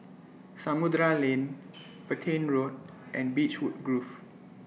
Samudera Lane Petain Road and Beechwood Grove